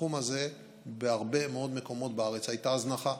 בתחום הזה בהרבה מאוד מקומות בארץ הייתה הזנחה,